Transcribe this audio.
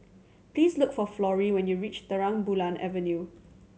please look for Florrie when you reach Terang Bulan Avenue